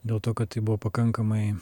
dėl to kad tai buvo pakankamai